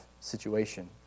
situation